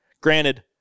granted